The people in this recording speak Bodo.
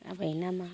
जाबाय नामा